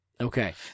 Okay